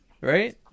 right